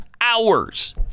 hours